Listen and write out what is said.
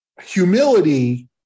humility